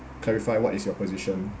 clarify what is your position